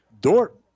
Dort